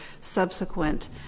subsequent